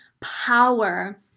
power